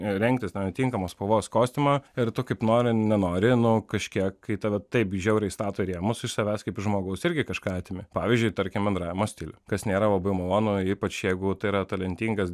rengtis na atinkamos spalvos kostiumą ir tu kaip nori nenori nu kažkiek kai tave taip žiauriai stato į rėmus iš savęs kaip iš žmogaus irgi kažką atimi pavyzdžiui tarkim bendravimo stilių kas nėra labai malonu ypač jeigu tai yra talentingas